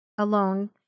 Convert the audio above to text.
Alone